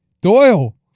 Doyle